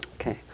Okay